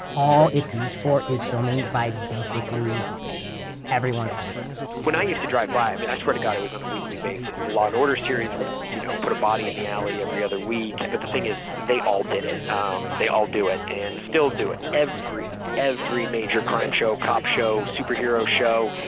all it's used for is filming by basically everyone, all the time when i used to drive by, i mean, i swear to god, it was on a weekly basis. the law and order series would you know put a body in the alley every other week, and but the thing is, they all did it. um they all do it, and still do it. every, every major crime show, cop show, superhero show,